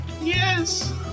Yes